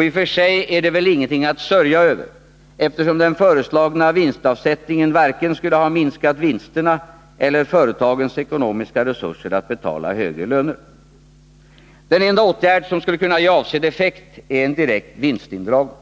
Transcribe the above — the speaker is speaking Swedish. I och för sig är det väl ingenting att sörja över, eftersom den föreslagna vinstavsättningen varken skulle ha minskat vinsterna eller företagens ekonomiska resurser att betala högre löner. Den enda åtgärd, som skulle kunna ge avsedd effekt, är en direkt vinstindragning.